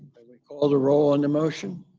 can we call the roll on the motion?